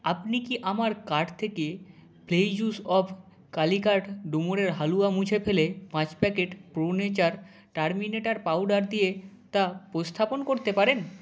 আপনি কি আমার কার্ট থেকে ফ্লেইজুস অফ কালিকট ডুমুরের হালুয়া মুছে ফেলে পাঁচ packet pro nature terminator powder দিয়ে তা প্রস্থাপন করতে পারেন